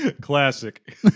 Classic